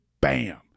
BAM